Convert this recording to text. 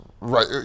Right